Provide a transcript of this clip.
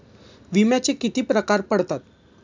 विम्याचे किती प्रकार पडतात?